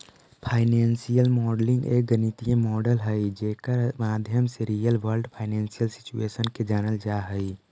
financial modelling एक गणितीय model हई जेकर माध्यम से रियल वर्ल्ड फाइनेंशियल सिचुएशन के जानल जा हई